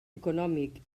econòmic